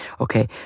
okay